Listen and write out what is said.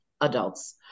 adults